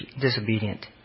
disobedient